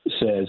says